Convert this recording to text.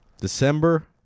December